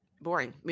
boring